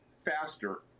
faster